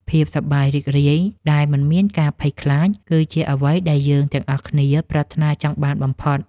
ភាពសប្បាយរីករាយដែលមិនមានការភ័យខ្លាច គឺជាអ្វីដែលយើងទាំងអស់គ្នាប្រាថ្នាចង់បានបំផុត។